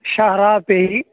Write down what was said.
شاہراہ پہ ہی